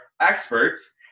experts